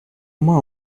uma